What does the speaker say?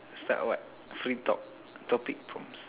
start what free talk topic prompts